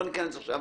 ולא ניכנס עכשיו